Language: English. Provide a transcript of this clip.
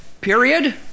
period